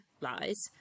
lies